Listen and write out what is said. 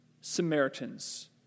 Samaritans